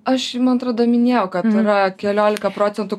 aš man atrodo minėjau kad yra keliolika procentų